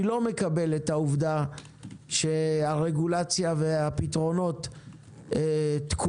אני לא מקבל את העובדה שהרגולציה והפתרונות תקועים